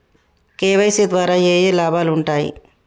KYC ద్వారా ఏఏ లాభాలు ఉంటాయి?